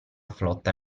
flotta